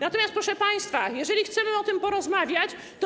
Natomiast, proszę państwa, jeżeli chcemy o tym porozmawiać, to.